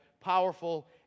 powerful